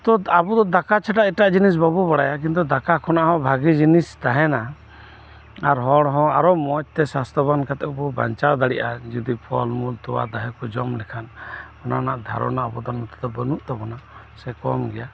ᱛᱚ ᱟᱵᱩᱫᱚ ᱫᱟᱠᱟ ᱪᱷᱟᱲᱟ ᱮᱴᱟᱜ ᱡᱤᱱᱤᱥ ᱵᱟᱵᱩ ᱵᱟᱲᱟᱭᱟ ᱠᱤᱱᱛᱩ ᱫᱟᱠᱟ ᱠᱷᱚᱱᱟᱜ ᱦᱚᱸ ᱵᱷᱟ ᱜᱤ ᱡᱤᱱᱤᱥ ᱛᱟᱦᱮᱱᱟ ᱟᱨ ᱦᱚᱲᱦᱚᱸ ᱟᱨᱚ ᱢᱚᱪᱛᱮ ᱥᱟᱥᱛᱚ ᱵᱟᱱ ᱠᱟᱛᱮᱜ ᱵᱩᱱ ᱵᱟᱧᱪᱟᱣ ᱫᱟᱲᱤᱜᱼᱟ ᱡᱚᱫᱤ ᱯᱷᱚᱞ ᱢᱩᱞ ᱛᱚᱣᱟ ᱫᱟᱦᱤ ᱡᱚᱢ ᱞᱮᱠᱷᱟᱱ ᱚᱱᱟ ᱨᱮᱱᱟᱜ ᱫᱷᱟᱨᱚᱱᱟ ᱟᱵᱩᱫᱚ ᱱᱚᱛᱮ ᱫᱚ ᱵᱟᱹᱱᱩᱜ ᱛᱟᱵᱩᱱᱟ ᱥᱮ ᱠᱚᱢ ᱜᱮᱭᱟ